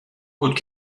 بود